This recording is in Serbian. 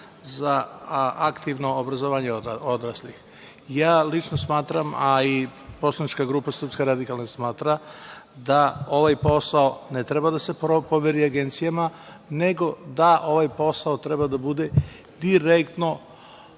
za aktivno obrazovanje odraslih. Ja lično smatram, a i poslanička grupa SRS, da ovaj posao ne treba da se poveri agencijama, nego da ovaj posao treba da bude direktno